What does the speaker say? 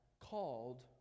called